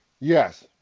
Yes